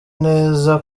neza